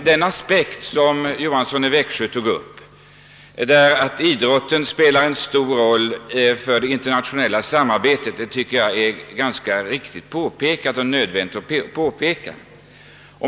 Herr Johanssons i Växjö påpekande att idrotten spelar en stor roll i det internationella samarbetet är både riktigt och nödvändigt.